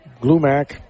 glumac